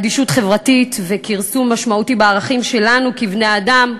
אדישות חברתית וכרסום משמעותי בערכים שלנו כבני-אדם,